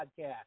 Podcast